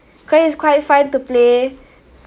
because it's quite fun to play